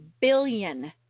billion